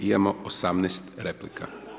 Imamo 18 replika.